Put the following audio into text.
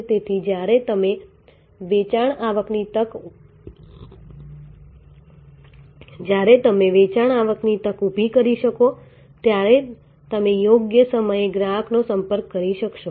તેથી જ્યારે તમે વેચાણ આવકની તક ઊભી કરી શકો ત્યારે તમે યોગ્ય સમયે ગ્રાહકનો સંપર્ક કરી શકશો